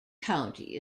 county